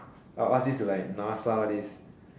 I'll ask this to like NASA all these